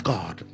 God